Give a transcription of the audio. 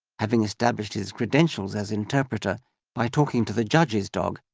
having established his credentials as interpreter by talking to the judge's dog,